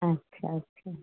अच्छा अच्छा